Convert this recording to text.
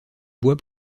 bois